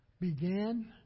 began